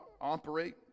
operate